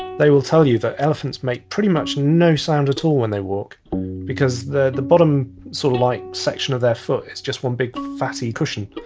they will tell you that elephants make pretty much no sound at all when they walk because the the bottom, sort of like section of their foot is just one big fatty cushion,